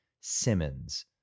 Simmons